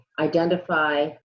identify